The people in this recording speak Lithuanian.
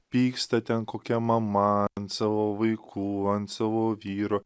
pyksta ten kokia mama savo vaikų ant savo vyro